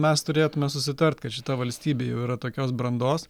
mes turėtume susitart kad šita valstybė jau yra tokios brandos